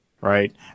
right